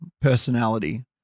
personality